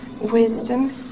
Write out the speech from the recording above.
wisdom